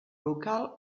local